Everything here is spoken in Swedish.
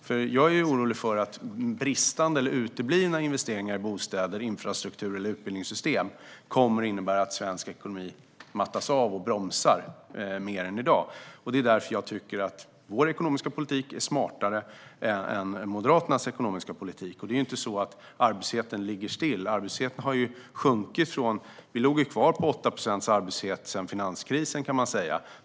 Jag är nämligen orolig för att bristande eller uteblivna investeringar i bostäder, infrastruktur eller utbildningssystem kommer att innebära att svensk ekonomi mattas av och bromsar mer än i dag, och det är därför jag tycker att vår ekonomiska politik är smartare än Moderaternas ekonomiska politik. Arbetslösheten ligger inte still. Efter finanskrisen låg vi kvar på en arbetslöshet på 8 procent, kan man säga.